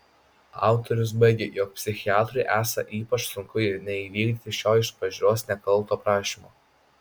autorius baigia jog psichiatrui esą ypač sunku neįvykdyti šio iš pažiūros nekalto prašymo